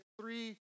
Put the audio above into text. three